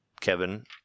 Kevin